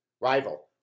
Rival